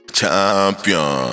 Champion